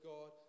God